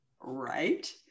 Right